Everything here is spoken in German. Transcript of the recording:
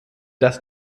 das